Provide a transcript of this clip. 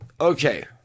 Okay